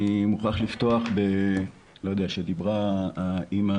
אני מוכרח לפתוח, כשדיברה האמא